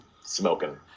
smoking